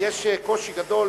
יש קושי גדול